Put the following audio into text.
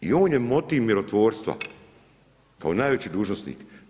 I on je motiv mirotvorstva, kao najveći dužnosnik.